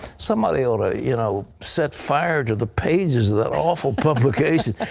somebody ought to you know set fire to the pages of that awful publication.